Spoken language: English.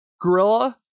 Gorilla